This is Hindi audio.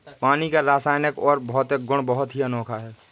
पानी का रासायनिक और भौतिक गुण बहुत ही अनोखा है